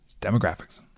Demographics